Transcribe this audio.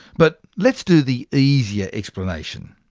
but let's do the easier explanation.